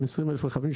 עם 20,000 רכבים,